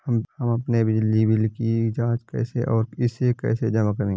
हम अपने बिजली बिल की जाँच कैसे और इसे कैसे जमा करें?